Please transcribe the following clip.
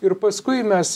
ir paskui mes